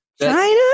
China